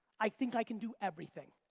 i think i can do everything,